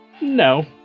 No